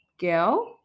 Girl